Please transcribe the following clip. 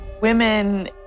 Women